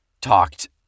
talked